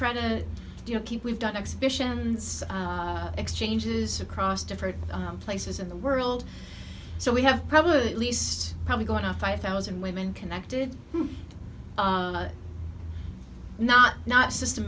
trying to you know keep we've done exhibitions exchanges across different places in the world so we have probably at least probably going to five thousand women connected not not system